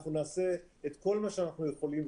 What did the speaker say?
אנחנו נעשה את כל מה שאנחנו יכולים,